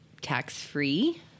tax-free